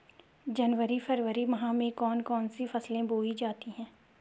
जनवरी फरवरी माह में कौन कौन सी फसलें बोई जाती हैं?